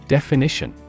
Definition